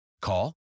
Call